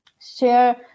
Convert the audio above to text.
share